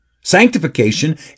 Sanctification